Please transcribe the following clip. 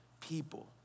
people